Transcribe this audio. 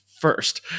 first